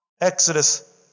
Exodus